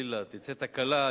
שחלילה תצא תקלה.